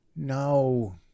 No